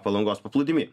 palangos paplūdimy